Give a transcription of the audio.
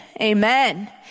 amen